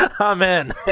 Amen